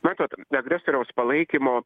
matot agresoriaus palaikymo